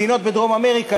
מדינות בדרום-אמריקה,